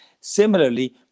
similarly